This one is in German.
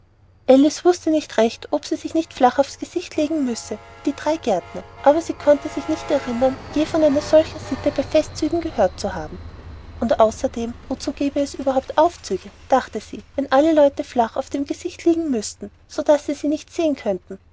alice wußte nicht recht ob sie sich nicht flach auf's gesicht legen müsse wie die drei gärtner aber sie konnte sich nicht erinnern je von einer solchen sitte bei festzügen gehört zu haben und außerdem wozu gäbe es überhaupt aufzüge dachte sie wenn alle leute flach auf dem gesichte liegen müßten so daß sie sie nicht sehen könnten